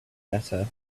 better